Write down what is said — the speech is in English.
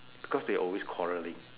because they always quarrelling